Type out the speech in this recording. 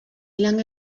lange